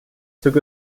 took